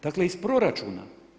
Dakle, iz proračuna.